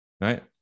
Right